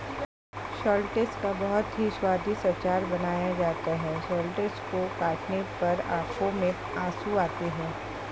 shallots का बहुत ही स्वादिष्ट अचार बनाया जाता है शैलोट्स को काटने पर आंखों में आंसू आते हैं